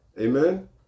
Amen